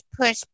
push